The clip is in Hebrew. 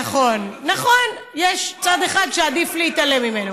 נכון, יש צד אחד שעדיף להתעלם ממנו.